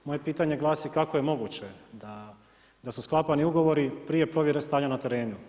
Moje pitanje glasi kako je moguće da su sklapani ugovori prije povjere stanja na terenu.